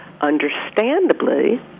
Understandably